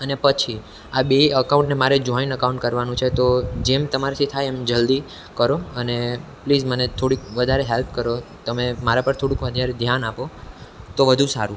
અને પછી આ બેય અકાઉન્ટને મારે જોઇન્ટ અકાઉન્ટ કરવાનું છે તો જેમ તમારાથી થાય એમ જલ્દી કરો અને પ્લીઝ મને થોડીક વધારે હેલ્પ કરો તમે મારા પર થોડુંક વધારે ધ્યાન આપો તો વધું સારું